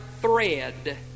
thread